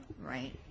right